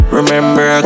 Remember